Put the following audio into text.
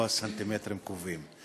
לא הסנטימטרים קובעים.